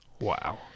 Wow